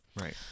Right